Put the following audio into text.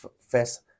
first